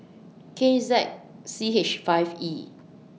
K Z C H five E